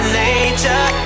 nature